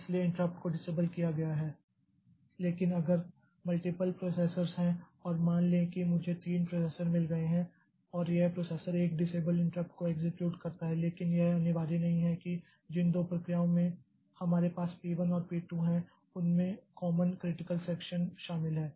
इसलिए इंटरप्ट को डिसेबल किया गया है लेकिन अगर मल्टिपल प्रॉसेसर्स हैं और मान लें कि मुझे तीन प्रोसेसर मिल गए हैं और ये प्रोसेसर एक डिसेबल इंट्रप्ट को एक्सेक्यूट करता है लेकिन यह अनिवार्य नहीं है कि जिन दो प्रक्रियाओं में हमारे पास P 1 और P 2 हैं और उनमे कामन क्रिटिकल सेक्षन शामिल हैं